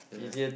yeah